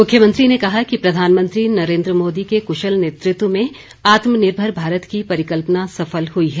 मुख्यमंत्री ने कहा कि प्रधानमंत्री नरेन्द्र मोदी के कुशल नेतृत्व में आत्मनिर्भर भारत की परिकल्पना सफल हुई है